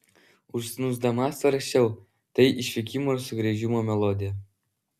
užsnūsdama svarsčiau tai išvykimo ar sugrįžimo melodija